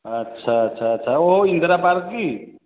ଆଚ୍ଛା ଆଚ୍ଛା ଆଚ୍ଛା ଓହୋ ଇନ୍ଦିରା ପାର୍କ୍ କି